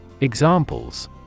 Examples